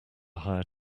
hire